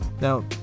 Now